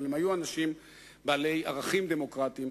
אבל הם היו אנשים בעלי ערכים דמוקרטיים.